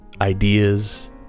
ideas